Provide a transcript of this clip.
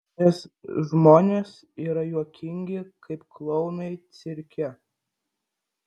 nes žmonės yra juokingi kaip klounai cirke